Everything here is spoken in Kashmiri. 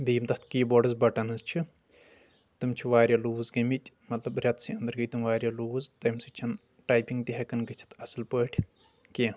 بیٚیہِ یِم تتھ کی بورڈس بٹنز چھِ تِم چھِ واریاہ لوٗز گٔمٕتۍ مطلب رٮ۪تہٕ سٕے انٛدر گٔیۍ تِم واریاہ لوٗز تمہِ سۭتۍ چھنہٕ ٹایپنٛگ تہِ ہٮ۪کان گٔژھِتھ اصل پٲٹھۍ کینٛہہ